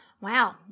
Wow